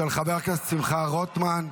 של חבר הכנסת שמחה רוטמן.